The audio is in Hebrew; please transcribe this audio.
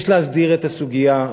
יש להסדיר את הסוגיה.